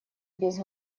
без